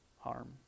harm